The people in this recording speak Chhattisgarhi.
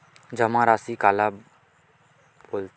जमा राशि काला बोलथे?